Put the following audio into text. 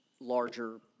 larger